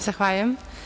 Zahvaljujem.